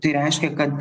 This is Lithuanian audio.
tai reiškia kad